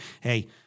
hey